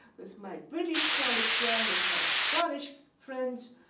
with my british colleagues there, with my scottish friends.